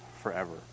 forever